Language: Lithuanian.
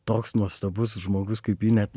toks nuostabus žmogus kaip ji net